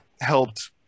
helped